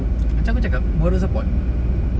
macam aku cakap moral support